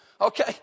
Okay